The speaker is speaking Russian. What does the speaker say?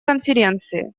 конференции